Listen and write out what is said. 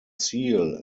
seal